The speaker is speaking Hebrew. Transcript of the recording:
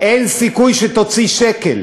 אין סיכוי שתוציא שקל.